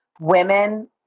women